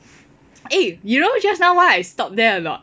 eh you know just now why I stop there or not